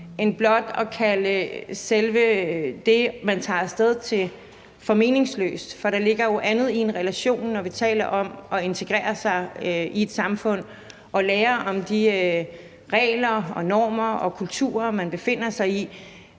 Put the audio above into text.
ikke blot kan kalde selve det, at man tager af sted, for meningsløst? For der ligger jo mere i en relation, når vi taler om at integrere sig i et samfund og lære om de regler og normer og kulturer, man befinder sig i,